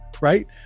right